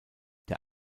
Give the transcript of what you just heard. der